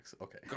Okay